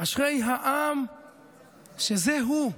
אשרי העם שזה הוא,